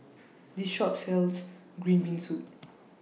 This Shop sells Green Bean Soup